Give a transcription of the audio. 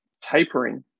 tapering